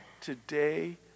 today